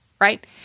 Right